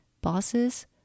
bosses